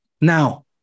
Now